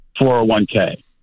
401k